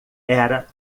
era